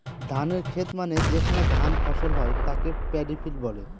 ধানের খেত মানে যেখানে ধান ফসল হয় তাকে পাডি ফিল্ড বলে